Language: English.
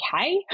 okay